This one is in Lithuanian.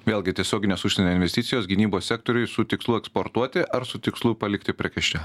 vėlgi tiesioginės užsienio investicijos gynybos sektoriuj su tikslu eksportuoti ar su tikslu palikti prekes čia